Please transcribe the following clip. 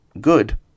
good